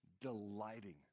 delighting